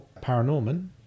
Paranorman